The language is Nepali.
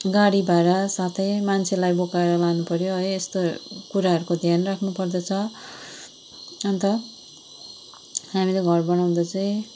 गाडी भाडा साथै मान्छेलाई बोकाएर लानु पऱ्यो है यस्तो कुराहरूको ध्यान राख्नु पर्दछ अन्त हामीले घर बनाउँदा चाहिँ